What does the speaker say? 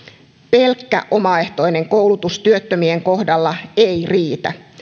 pelkkä omaehtoinen koulutus työttömien kohdalla ei riitä